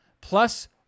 plus